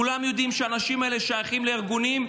כולם יודעים שהאנשים האלה שייכים לארגונים,